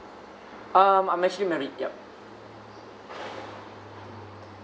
um I'm actually married yup